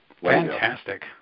fantastic